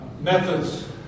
methods